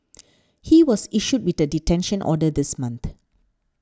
he was issued with a detention order this month